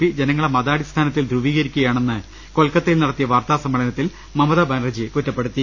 P ജനങ്ങളെ മതാടിസ്ഥാനത്തിൽ ധ്രുവീകരിക്കുകയാണെന്ന് കൊൽക്കത്ത യിൽ നടത്തിയ വാർത്താ സമ്മേളനൃത്തിൽ മമതാ ബാനർജി കുറ്റപ്പെടുത്തി